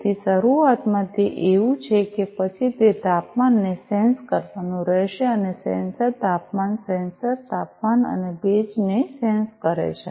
તેથી શરૂઆતમાં તે એવું છે કે પછી તે તાપમાનને સેન્સ કરવાનું શરૂ કરે છે અને સેન્સર તાપમાન સેન્સર તાપમાન અને ભેજને સેન્સ કરે છે